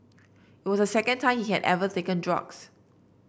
was the second time she had ever taken drugs